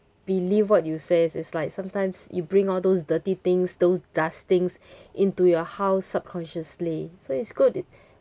believe what you says it's like sometimes you bring all those dirty things those dustings into your how subconsciously so it's good